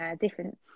different